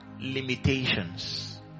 limitations